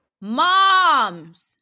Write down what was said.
Moms